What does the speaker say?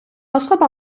особа